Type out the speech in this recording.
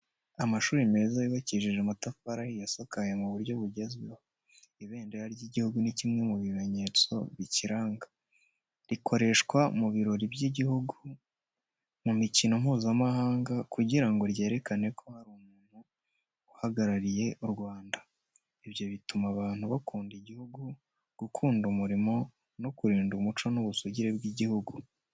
Amashuri meza yubakishije amatafari ahiye asakaye mu buryo bugezweho. Ibendera ry'igihugu ni kimwe mu bimenyetso bikiranga. Rikoreshwa mu birori by’igihugu, mu mikino Mpuzamahanga kugira ngo ryerekane ko hari umuntu uhagarariye u Rwanda. Ibyo bituma abantu bakunda igihugu, gukunda umurimo no kurinda umuco n’ubusugire bw’igihugu.